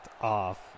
off